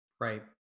Right